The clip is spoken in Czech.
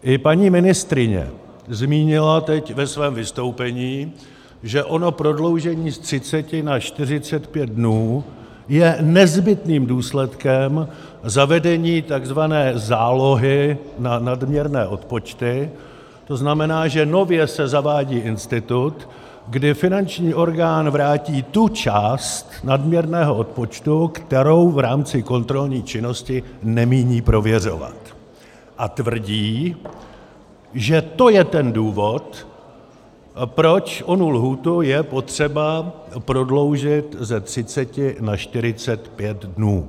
I paní ministryně zmínila teď ve svém vystoupení, že ono prodloužení z 30 na 45 dnů je nezbytným důsledkem zavedení takzvané zálohy na nadměrné odpočty, to znamená, že nově se zavádí institut, kdy finanční orgán vrátí tu část nadměrného odpočtu, kterou v rámci kontrolní činnosti nemíní prověřovat, a tvrdí, že to je ten důvod, proč onu lhůtu je potřeba prodloužit ze 30 na 45 dnů.